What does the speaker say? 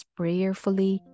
prayerfully